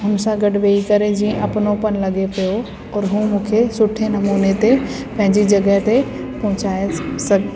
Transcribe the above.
हुन सां गॾु विही करे जीअं अपनोपन लॻे पियो और हूं मूंखे सुठे नमूने ते पंहिंजी जॻहि ते पहुचाए सघ